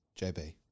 JB